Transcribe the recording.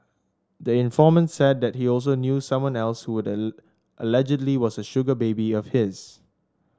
the informant said that he also knew someone else who allegedly was a sugar baby of his